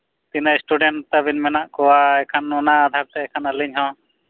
ᱛᱤᱱᱟᱹᱜ ᱥᱴᱩᱰᱮᱱᱴ ᱛᱟᱵᱤᱱ ᱢᱮᱱᱟᱜ ᱠᱚᱣᱟ ᱮᱱᱠᱷᱟᱱ ᱚᱱᱟ ᱟᱫᱷᱟᱨᱛᱮ ᱮᱱᱠᱷᱟᱱ ᱟᱹᱞᱤᱧᱦᱚᱸ